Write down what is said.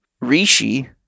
Rishi